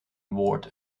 woord